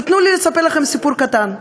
ותנו לי לספר לכם סיפור קטן.